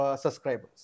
subscribers